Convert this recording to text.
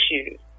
issues